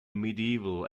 medieval